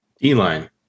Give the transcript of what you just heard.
D-line